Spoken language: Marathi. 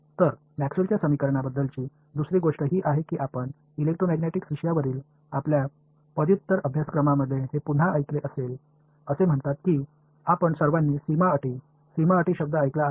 तर मॅक्सवेलच्या समीकरणांबद्दलची दुसरी गोष्ट ही आहे की आपण इलेक्ट्रोमॅग्नेटिक विषयावरील आपल्या पदव्युत्तर अभ्यासक्रमामध्ये हे पुन्हा ऐकले असेल असे म्हणतात की आपण सर्वांनी सीमा अटी सीमा अटी शब्द ऐकला आहे